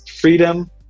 freedom